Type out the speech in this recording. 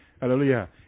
hallelujah